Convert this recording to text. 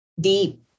deep